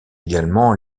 également